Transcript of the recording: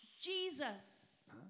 Jesus